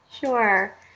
Sure